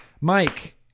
Mike